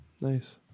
Nice